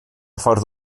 ffordd